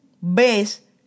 ves